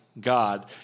God